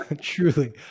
truly